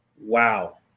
Wow